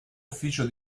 ufficio